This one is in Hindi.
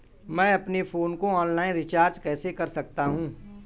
मैं अपने फोन को ऑनलाइन रीचार्ज कैसे कर सकता हूं?